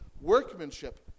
workmanship